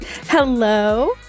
Hello